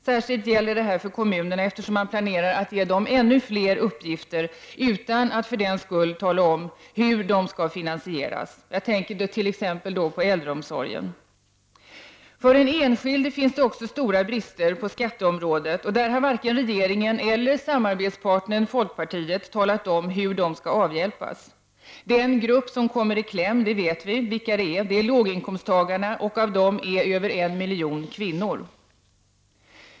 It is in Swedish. Särskilt gäller detta kommunerna, eftersom man planerar att ge dem ännu fler uppgifter utan att för den skull tala om hur de skall finansieras. Jag tänker speciellt på äldreomsorgen. För den enskilde finns det också stora brister på skatteområdet, men varken regeringen eller samarbetspartnern folkpartiet har talat om hur de skall avhjälpas. Vilken grupp som kommer i kläm vet vi, nämligen låginkomsttagarna, och av dem är över 1 miljon kvinnor.